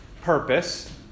purpose